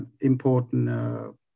important